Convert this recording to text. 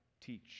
Teach